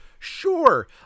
Sure